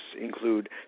include